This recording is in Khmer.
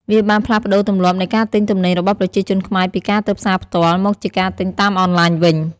វាបានផ្លាស់ប្តូរទម្លាប់នៃការទិញទំនិញរបស់ប្រជាជនខ្មែរពីការទៅផ្សារផ្ទាល់ មកជាការទិញតាមអនឡាញវិញ។